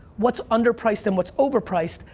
what's underpriced and what's overpriced,